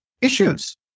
issues